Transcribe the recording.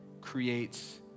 creates